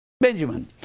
Benjamin